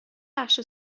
ببخشید